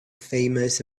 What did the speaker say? famous